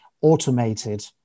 automated